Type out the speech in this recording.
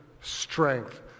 strength